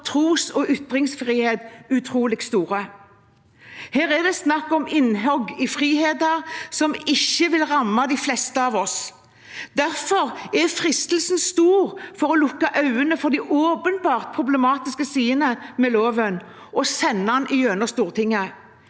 tros- og ytringsfrihet, utrolig store. Her er det snakk om innhugg i friheter som vil ramme de færreste av oss. Derfor er fristelsen stor for å lukke øynene for de åpenbart problematiske sidene ved loven og sende den gjennom Stortinget,